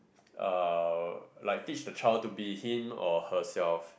uh like teach the child to be him or herself